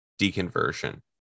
deconversion